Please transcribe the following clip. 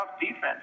defense